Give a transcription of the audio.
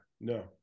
no